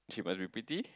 she must be pretty